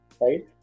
right